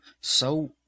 SO—